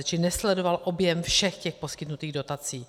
Čili nesledoval objem všech těch poskytnutých dotací.